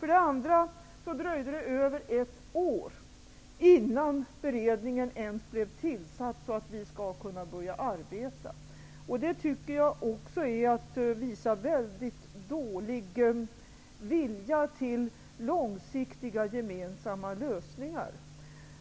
Vidare dröjde det över ett år innan beredningen ens blev tillsatt så att den kunde börja arbeta. Jag tycker att det är att visa en dålig vilja att uppnå långsiktiga gemensamma lösningar.